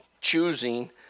choosing